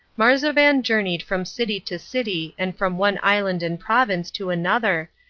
marzavan journeyed from city to city and from one island and province to another,